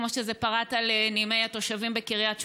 כמו שזה פרט על נימי לב התושבים בקריית שמונה.